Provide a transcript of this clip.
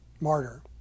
martyr